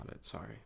Sorry